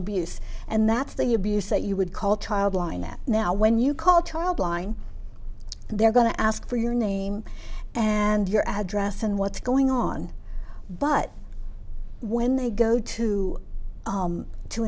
abuse and that's the abuse that you would call child line that now when you call child line they're going to ask for your name and your address and what's going on but when they go to